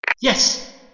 Yes